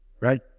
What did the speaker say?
Right